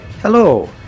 Hello